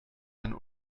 ein